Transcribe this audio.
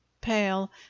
Pale